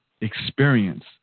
experience